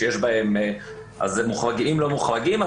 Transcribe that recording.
אז מוחרגים אבל אם לא מוחרגים,